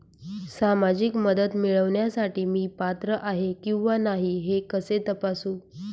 सामाजिक मदत मिळविण्यासाठी मी पात्र आहे किंवा नाही हे कसे तपासू?